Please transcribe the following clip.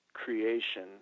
creation